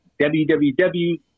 www